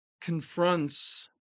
confronts